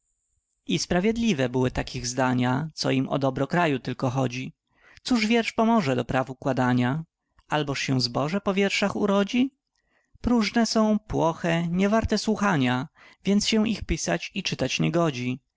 wdzięcznie i sprawiedliwe były takich zdania co im o dobro kraju tylko chodzi cóż wiersz pomoże do praw układania alboż się zboże po wierszach urodzi próżne są płoche niewarte słuchania więc się ich pisać i czytać nie godzi